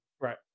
right